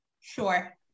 Sure